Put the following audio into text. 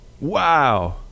Wow